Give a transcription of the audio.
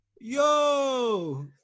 Yo